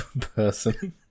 person